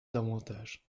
davantage